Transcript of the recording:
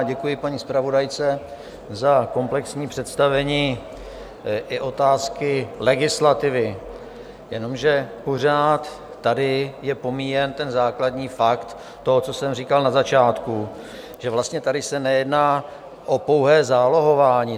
Děkuji paní zpravodajce za komplexní představení i otázky legislativy, jenomže pořád tady je pomíjen ten základní fakt toho, co jsem říkal na začátku, že vlastně tady se nejedná o pouhé zálohování.